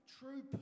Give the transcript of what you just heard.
true